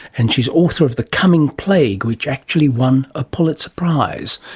and she is author of the coming plague which actually one a pulitzer prize.